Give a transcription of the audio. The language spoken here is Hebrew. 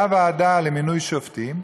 באה ועדה למינוי שופטים,